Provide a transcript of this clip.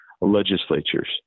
legislatures